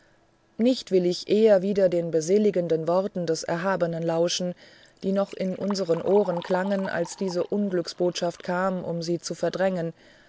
nicht will ich eher wieder den beseligenden worten des erhabenen lauschen die noch in unseren ohren klangen als diese unglücksbotschaft kam um sie zu verdrängen